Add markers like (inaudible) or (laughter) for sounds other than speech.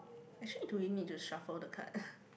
actually do we need to shuffle the card (laughs)